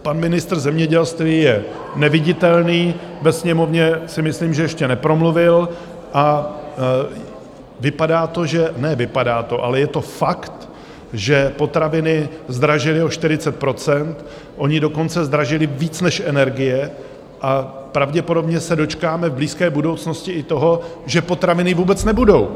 Pan ministr zemědělství je neviditelný, ve Sněmovně si myslím, že ještě nepromluvil, a vypadá to, že ne vypadá to, ale je to fakt potraviny zdražily o 40 %, ony dokonce zdražily víc než energie, a pravděpodobně se dočkáme v blízké budoucnosti i toho, že potraviny vůbec nebudou.